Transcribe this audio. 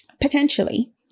Potentially